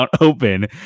open